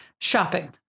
shopping